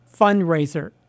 fundraiser